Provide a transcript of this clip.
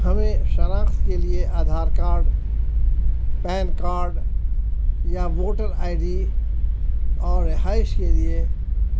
ہمیں شناخت کے لیے آدھار کارڈ پین کارڈ یا ووٹر آئی ڈی اور رہائش کے لیے